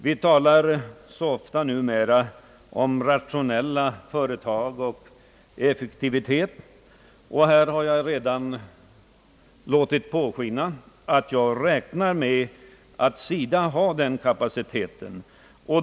Vi talar så ofta numera om rationella företag och om effektivitet, och jag har här redan låtit påskina att jag räknar med att SIDA har den kapaciteten.